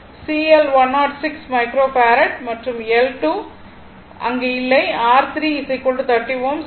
CL 106 micro farad L2 அங்கு இல்லை